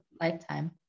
lifetime